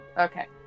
Okay